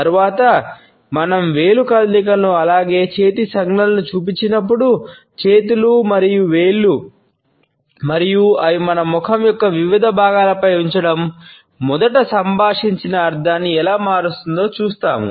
తరువాత మనం వేలు కదలికలను అలాగే చేతి సంజ్ఞలను చూసినప్పుడు చేతులు మరియు వేళ్లు మరియు అవి మన ముఖం యొక్క వివిధ భాగాలపై ఉంచడం మొదట సంభాషించిన అర్థాన్ని ఎలా మారుస్తుందో చూస్తాము